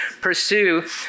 pursue